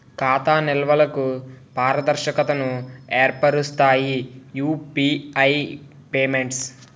ఖాతా నిల్వలకు పారదర్శకతను ఏర్పరుస్తాయి యూపీఐ పేమెంట్స్